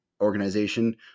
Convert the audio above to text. organization